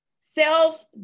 Self